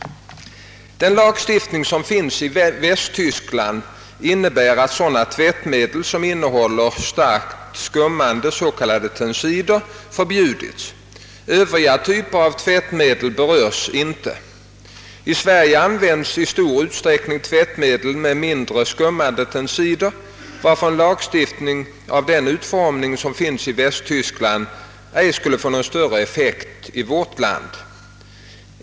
Den lagstiftning som finns i Västtyskland innebär att sådana tvättmedel, som innehåller starkt skummande s.k. tensider, förbjudits. Övriga typer av tvättmedel berörs inte. I Sverige används i stor utsträckning tvättmedel med mindre skummande tensider, varför en lagstiftning av den utformning som finns i Västtyskland ej skulle få någon större effekt i vårt land.